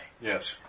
Yes